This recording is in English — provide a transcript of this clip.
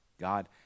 God